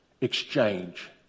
Exchange